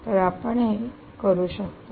तर आपण हे करू शकता